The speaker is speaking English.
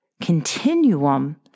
continuum